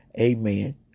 amen